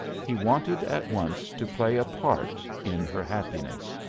he wanted at once to play a part in her happiness,